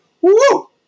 Woo